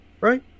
right